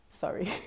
Sorry